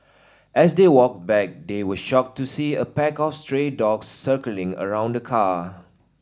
as they walked back they were shocked to see a pack of stray dogs circling around the car